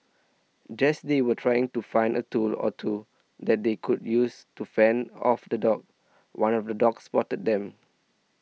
just they were trying to find a tool or two that they could use to fend off the dogs one of the dogs spotted them